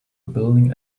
building